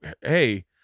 hey